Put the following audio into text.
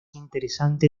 interesante